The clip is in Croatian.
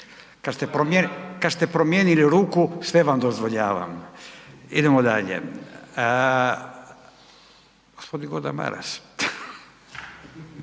kad ste promijenili ruku sve vam dozvoljavam. Idemo dalje, g. Gordan Maras.